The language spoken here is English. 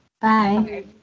Bye